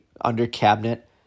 under-cabinet